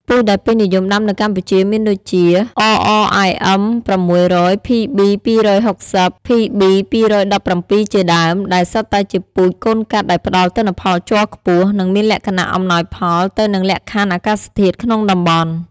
ពូជដែលពេញនិយមដាំនៅកម្ពុជាមានដូចជា RRIM 600, PB 260, PB 217 ជាដើម ដែលសុទ្ធតែជាពូជកូនកាត់ដែលផ្តល់ទិន្នផលជ័រខ្ពស់ និងមានលក្ខណៈអំណោយផលទៅនឹងលក្ខខណ្ឌអាកាសធាតុក្នុងតំបន់។